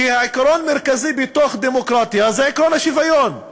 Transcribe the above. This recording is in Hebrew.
כי העיקרון המרכזי בדמוקרטיה הוא עקרון השוויון.